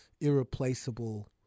irreplaceable